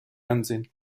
ansehen